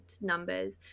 numbers